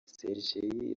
sergei